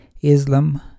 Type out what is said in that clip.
Islam